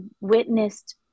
witnessed